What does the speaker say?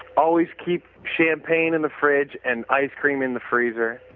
always keep champagne in the fridge and ice cream in the freezer.